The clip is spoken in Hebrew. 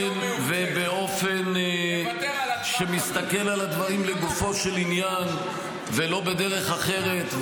-- ובאופן שמסתכל על הדברים לגופו של עניין ולא בדרך אחרת,